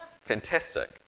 fantastic